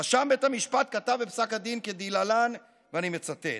רשם בית המשפט כתב בפסק הדין כדלהלן, ואני מצטט: